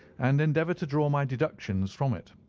and endeavoured to draw my deductions from it.